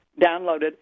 downloaded